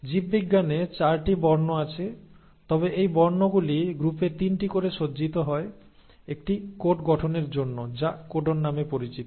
জীববিজ্ঞানে 4 টি বর্ণ আছে তবে এই বর্ণগুলি গ্রুপে 3 টি করে সজ্জিত হয় একটি কোড গঠনের জন্য যা কোডন নামে পরিচিত